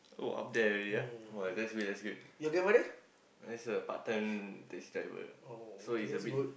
oh up there already ah !wah! that's good that's good that's a part time taxi driver so he's a bit